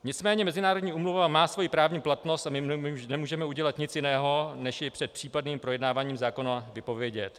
Nicméně mezinárodní úmluva má svoji právní platnost a my nemůžeme udělat nic jiného, než ji před případným projednáváním zákona vypovědět.